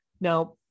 now